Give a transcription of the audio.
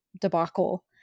debacle